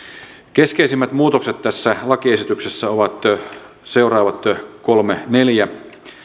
keskeisimmät muutokset tässä lakiesityksessä ovat seuraavat kolme neljä